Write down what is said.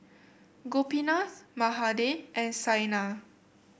Gopinath Mahade and Saina